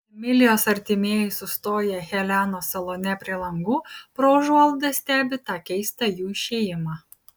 emilijos artimieji sustoję helenos salone prie langų pro užuolaidas stebi tą keistą jų išėjimą